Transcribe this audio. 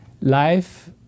Life